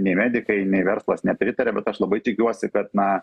nei medikai nei verslas nepritaria bet aš labai tikiuosi kad na